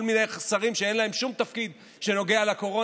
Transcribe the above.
כל מיני שרים שאין להם שום תפקיד שנוגע לקורונה